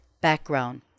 Background